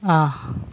ആഹ്